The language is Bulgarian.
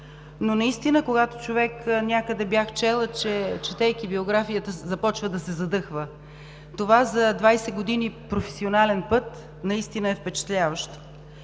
но наистина, когато човек, някъде бях чела, че четейки биографията, започва да се задъхва. Това за 20 години професионален път наистина е впечатляващо.